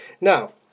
Now